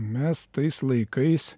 mes tais laikais